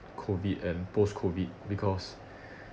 COVID and post COVID because